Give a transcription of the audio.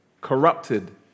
corrupted